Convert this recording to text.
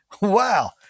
Wow